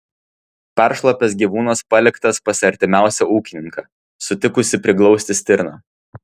peršlapęs gyvūnas paliktas pas artimiausią ūkininką sutikusį priglausti stirną